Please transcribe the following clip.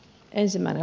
lausuma